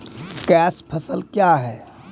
Cash फसल क्या हैं?